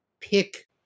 pick